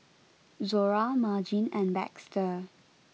Zora Margene and Baxter